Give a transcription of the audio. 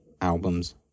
albums